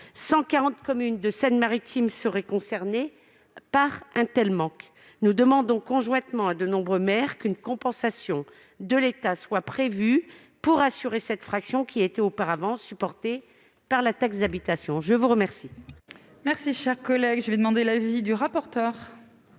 140 communes de Seine-Maritime seraient concernées par un tel manque. Nous demandons donc, conjointement avec de nombreux maires, qu'une compensation de l'État soit prévue pour assurer cette fraction, auparavant supportée par la taxe d'habitation. Quel